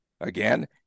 Again